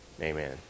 Amen